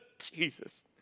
Jesus